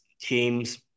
teams